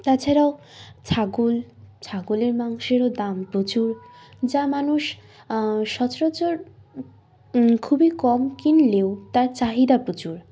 তাছাড়াও ছাগল ছাগলের মাংসেরও দাম প্রচুর যা মানুষ সচরাচর খুবই কম কিনলেও তার চাহিদা প্রচুর